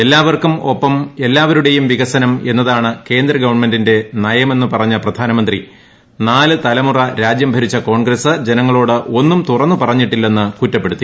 എല്ലാവർക്കും ഒപ്പം എല്ലാവരുടെയും വികസനം എന്നതാണ് കേന്ദ്രഗവൺമെന്റിന്റെ മന്ത്രമെന്ന് പറഞ്ഞ പ്രധാനമന്ത്രി നാല് തലമുറ രാജ്യം ഭരിച്ച കോൺഗ്രസ് ജനങ്ങളോട് ഒന്നും തുറന്ന് പറഞ്ഞില്ലെന്ന് കുറ്റപ്പെടുത്തി